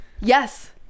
yes